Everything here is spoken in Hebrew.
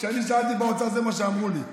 כשאני שאלתי באוצר, זה מה שאמרו לי.